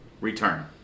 return